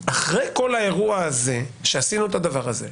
כל האירוע הזה, שעשינו את הדבר הזה,